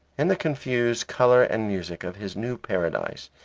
in the confused colour and music of his new paradise,